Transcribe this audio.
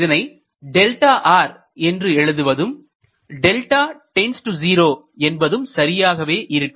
இதனை என்று எழுதுவதும் என்பதும் சரியாகவே இருக்கும்